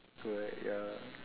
correct ya